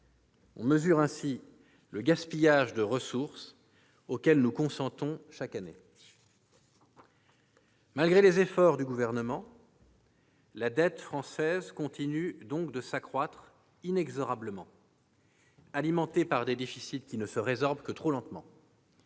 On mesure ainsi le gaspillage de ressources auquel nous consentons chaque année. Malgré les efforts du Gouvernement, la dette française continue donc de s'accroître inexorablement, alimentée par des déficits qui ne se résorbent que trop lentement.